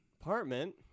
apartment